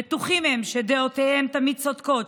בטוחים הם שדעותיהם תמיד צודקות,